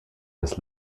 des